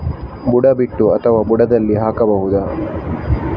ಬುಡ ಬಿಟ್ಟು ಅಥವಾ ಬುಡದಲ್ಲಿ ಹಾಕಬಹುದಾ?